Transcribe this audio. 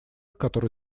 который